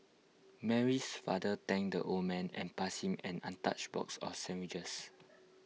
Mary's father thanked the old man and passed him an untouched box of sandwiches